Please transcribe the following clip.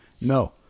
no